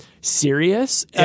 serious